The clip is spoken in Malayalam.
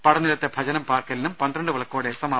പടനിലത്തെ ഭജനം പാർക്കലിനും പന്ത്രണ്ട് വിളക്കോടെ സമാപനമാകും